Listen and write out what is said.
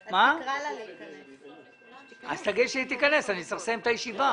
תגידי לה שתיכנס, אני צריך לסיים את הישיבה.